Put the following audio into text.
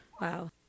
wow